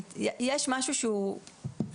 יש משהו מנותק.